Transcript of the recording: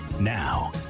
Now